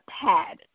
pad